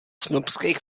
snobskejch